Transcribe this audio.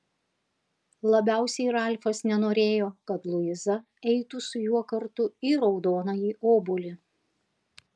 labiausiai ralfas nenorėjo kad luiza eitų su juo kartu į raudonąjį obuolį